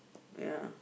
yeah